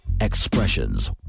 expressions